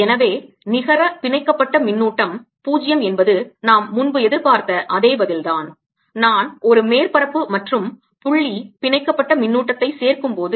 எனவே நிகர பிணைக்கப்பட்ட மின்னூட்டம் 0 என்பது நாம் முன்பு எதிர்பார்த்த அதே பதில் தான் நான் ஒரு மேற்பரப்பு மற்றும் புள்ளி பிணைக்கப்பட்ட மின்னூட்டத்தை சேர்க்கும் போது